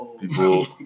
People